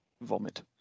vomit